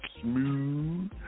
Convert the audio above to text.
Smooth